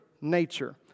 nature